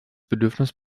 bedürfnis